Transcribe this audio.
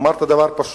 אמרת דבר פשוט: